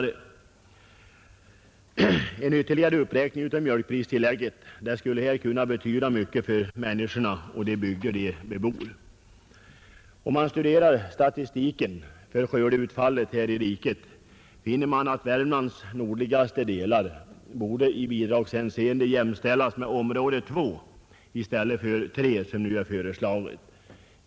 En ytterligare uppräkning av mjölkpristillägget skulle kunna betyda mycket för dessa människor och de bygder de bebor. Om man studerar statistiken för skördeutfallet här i riket, finner man att Värmlands nordligaste delar i bidragshänseende borde jämställas med område II i stället för område III som föreslagits.